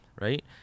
right